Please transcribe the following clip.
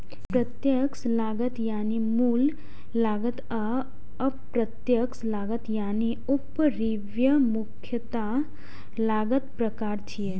प्रत्यक्ष लागत यानी मूल लागत आ अप्रत्यक्ष लागत यानी उपरिव्यय मुख्यतः लागतक प्रकार छियै